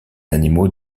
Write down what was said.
animaux